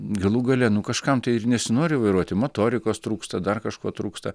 galų gale nu kažkam tai ir nesinori vairuoti motorikos trūksta dar kažko trūksta